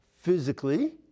physically